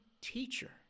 teacher